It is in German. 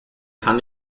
kann